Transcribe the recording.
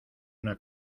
una